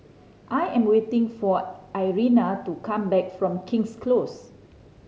I am waiting for Irena to come back from King's Close